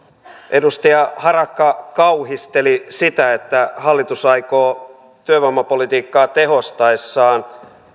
edustaja harakka kauhisteli sitä että hallitus aikoo työvoimapolitiikkaa tehostaessaan